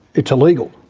it's illegal.